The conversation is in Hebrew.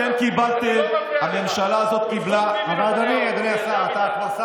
התמונה האמיתית היא, רבותיי, שיש